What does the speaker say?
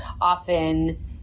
often